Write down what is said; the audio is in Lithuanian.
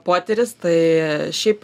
potyris tai šiaip